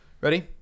Ready